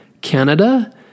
Canada